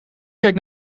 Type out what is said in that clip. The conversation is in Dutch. keek